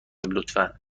لطفا